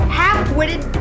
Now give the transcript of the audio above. half-witted